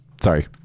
Sorry